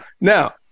Now